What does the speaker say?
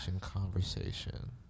conversation